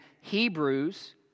Hebrews